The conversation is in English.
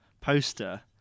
poster